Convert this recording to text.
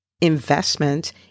investment